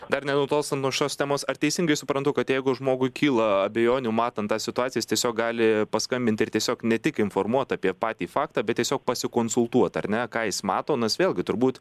dar nenutolstant nuo šitos temos ar teisingai suprantu kad jeigu žmogui kyla abejonių matant tas situacijas jis tiesiog gali paskambint ir tiesiog ne tik informuot apie patį faktą bet tiesiog pasikonsultuot ar ne ką jis mato nes vėlgi turbūt